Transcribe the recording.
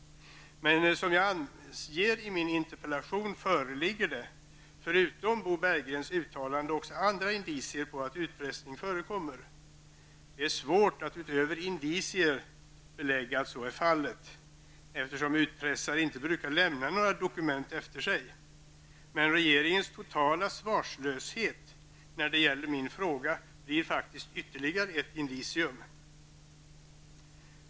Som jag anger i min interpellation föreligger det förutom Bo Berggrens uttalande också andra indicier på att utpressning förekommer. Det är svårt att utöver indicier belägga att så är fallet, eftersom utpressare inte brukar lämna några dokument efter sig. Men regeringens totala svarslöshet när det gäller min fråga blir ytterligare ett indicium.